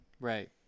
Right